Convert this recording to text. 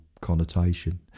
connotation